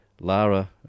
Lara